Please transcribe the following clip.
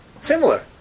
similar